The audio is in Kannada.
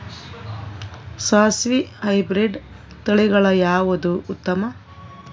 ಸಾಸಿವಿ ಹೈಬ್ರಿಡ್ ತಳಿಗಳ ಯಾವದು ಉತ್ತಮ?